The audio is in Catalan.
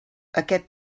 aquest